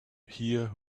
here